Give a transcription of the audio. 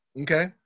Okay